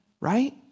Right